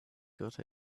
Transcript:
got